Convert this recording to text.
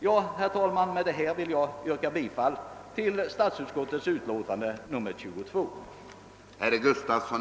Med det anförda ber jag att få yrka bifall till utskottets hemställan.